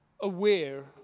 aware